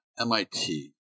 MIT